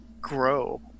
grow